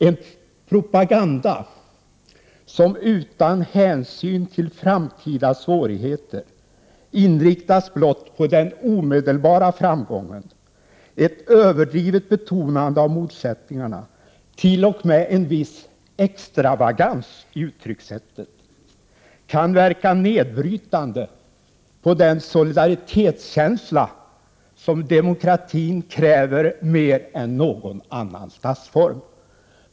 ”En propaganda, som utan hänsyn till framtida svårigheter inriktas blott på den omedelbara framgången, ett överdrivet betonande av motsättningarna, till och med en viss extravagans i uttryckssättet kan verka nedbrytande på den solidaritetskänsla, som demokratien kräver mer än någon annan statsform.